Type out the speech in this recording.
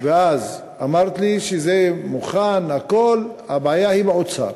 ואז אמרת לי שזה מוכן, הכול, והבעיה היא באוצר.